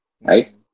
right